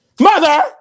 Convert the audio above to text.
Mother